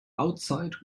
outside